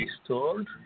restored